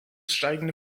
steigende